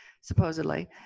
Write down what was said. supposedly